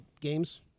games